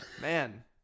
man